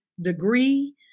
degree